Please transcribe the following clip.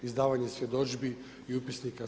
Izdavanje svjedodžbi i upisnika za